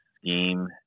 scheme